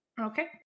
Okay